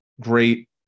Great